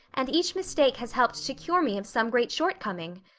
and each mistake has helped to cure me of some great shortcoming.